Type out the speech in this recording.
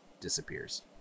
disappears